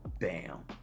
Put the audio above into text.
Bam